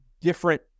different